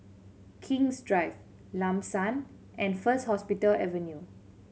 King's Drive Lam San and First Hospital Avenue